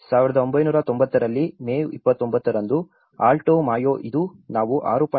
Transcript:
1990 ರಲ್ಲಿ ಮೇ 29 ರಂದು Alto Mayo ಇದು ನಾವು 6